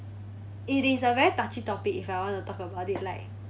it is a very touchy topic if I want to talk about it like